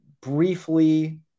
briefly